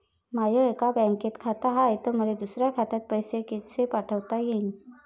माय एका बँकेत खात हाय, त मले दुसऱ्या खात्यात पैसे कसे पाठवता येईन?